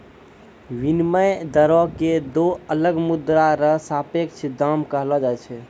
विनिमय दरो क दो अलग मुद्रा र सापेक्ष दाम कहलो जाय छै